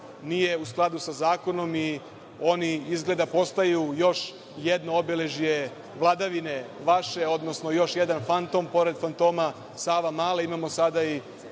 nije u skladu sa zakonom i oni izgleda postaju još jedno obeležje vladavine vaše, odnosno još jedan fantom. Pored fantoma „Savamale“ imamo iz